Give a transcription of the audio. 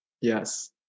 Yes